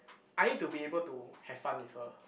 I need to be able to have fun with her